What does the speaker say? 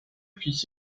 fils